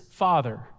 father